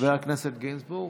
חבר הכנסת גינזבורג,